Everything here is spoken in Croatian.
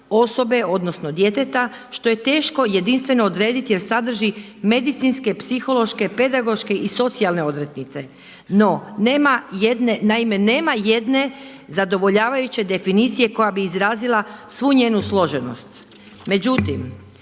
osobe, odnosno djeteta što je teško jedinstveno odrediti jer sadrži medicinske, psihološke, pedagoške i socijalne odrednice. No, nema jedne, naime nema jedne zadovoljavajuće definicije koja bi izrazila svu njenu složenost.